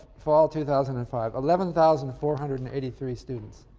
fall two thousand and five? eleven thousand four hundred and eighty three students.